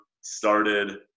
started